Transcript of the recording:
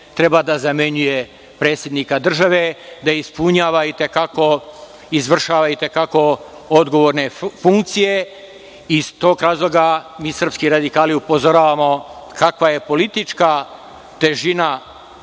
treba da zamenjuje predsednika države da izvršava i te kako odgovorne funkcije. Iz tog razloga mi srpski radikali upozoravamo kakva je politička težina